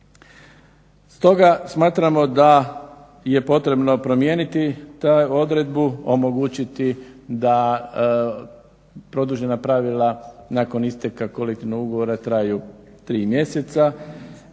Stoga smatramo da je potrebno promijeniti odredbu, omogućiti da produžena pravila nakon isteka kolektivnog ugovora traju tri mjeseca,